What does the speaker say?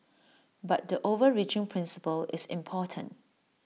but the overreaching principle is important